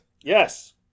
Yes